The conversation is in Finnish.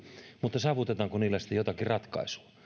mutta saavutetaanko niihin sitten jotakin